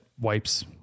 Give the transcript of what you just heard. wipes